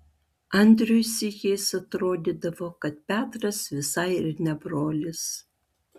andriui sykiais atrodydavo kad petras visai ir ne brolis